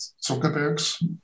Zuckerberg's